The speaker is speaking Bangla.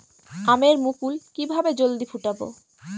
আমের মুকুল কিভাবে জলদি ফুটাব?